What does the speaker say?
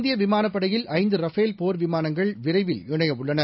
இந்தியவிமானப் படையில் ஐந்தூர்ஃபேல் போர்விமானங்கள் விரைவில் இணையவுள்ளன